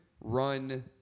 run